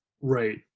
Right